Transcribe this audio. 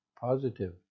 positive